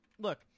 look